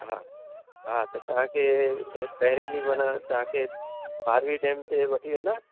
हा हा त तव्हांखे पहिरें ॾींहुं माना तव्हांखे फ़ारवी डैम ते वठी वेंदा